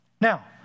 Now